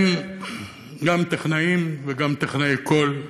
הם גם טכנאים, וגם טכנאי קול,